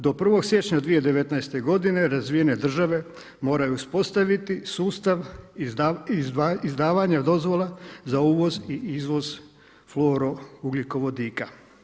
Do 1. siječnja 2019. godine razvijene države moraju uspostaviti sustav izdavanja dozvola za uvoz i izvoz florougljikovodika.